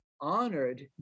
honored